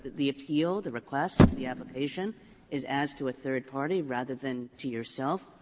the appeal, the request to the application is as to a third party rather than to yourself,